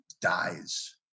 dies